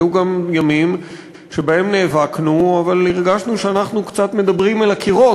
היו גם ימים שנאבקנו אבל הרגשנו שאנחנו קצת מדברים אל הקירות.